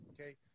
Okay